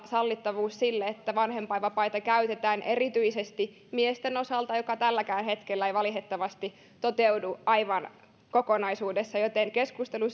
sallivuus sille että vanhempainvapaita käytetään erityisesti miesten osalta mikä tälläkään hetkellä ei valitettavasti toteudu aivan kokonaisuudessaan joten keskustelu